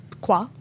quoi